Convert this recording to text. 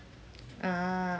ah